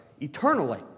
Eternally